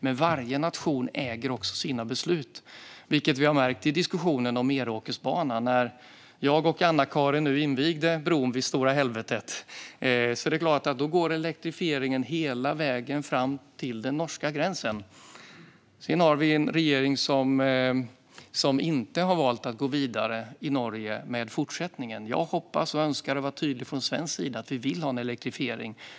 Men varje nation äger också sina beslut, vilket vi har märkt i diskussionen om Meråkerbanan. Sedan jag och Anna-Caren invigde bron vid Stora Helvetet går elektrifieringen hela vägen fram till den norska gränsen. Sedan har vi en regering i Norge som har valt att inte gå vidare med fortsättningen. Jag har varit tydlig med att vi från svensk sida vill ha en elektrifiering.